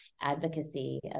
advocacy